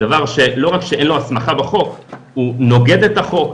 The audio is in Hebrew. לא רק שאין לזה הסמכה בחוק, זה נוגד את החוק.